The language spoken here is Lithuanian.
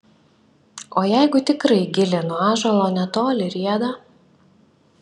o jeigu tikrai gilė nuo ąžuolo netoli rieda